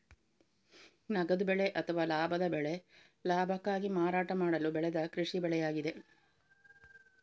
ನಗದು ಬೆಳೆ ಅಥವಾ ಲಾಭದ ಬೆಳೆ ಲಾಭಕ್ಕಾಗಿ ಮಾರಾಟ ಮಾಡಲು ಬೆಳೆದ ಕೃಷಿ ಬೆಳೆಯಾಗಿದೆ